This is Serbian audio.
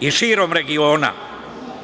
i širom regiona.